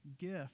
gift